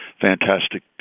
fantastic